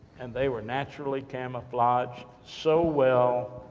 and they were naturally, camouflaged so well,